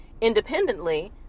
independently